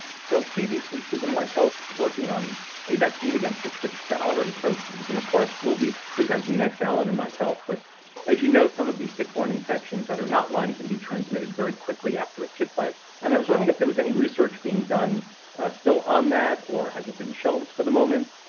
so, previously stephen like wikel, who was working on a vaccine against the tick salivary proteins-and, of course we'll be presenting next, allen and myself. but as you know, some of these tick-borne infections that are not lyme can be transmitted very quickly after a tick bite, and i was wondering if there was any research being done still on that? or, has it been shelved for the moment?